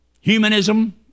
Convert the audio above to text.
humanism